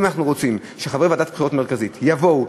אם אנחנו רוצים שחברי ועדת הבחירות מרכזית יבואו,